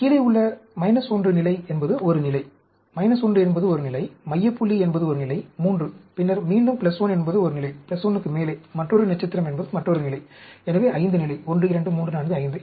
கீழே உள்ள 1 நிலை என்பது ஒரு நிலை 1 என்பது ஒரு நிலை மைய புள்ளி என்பது ஒரு நிலை 3 பின்னர் மீண்டும் 1 என்பது ஒரு நிலை 1 க்கு மேலே மற்றொரு நட்சத்திரம் என்பது மற்றொரு நிலை எனவே 5 நிலை 1 2 3 4 5